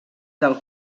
del